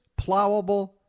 plowable